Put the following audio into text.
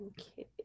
okay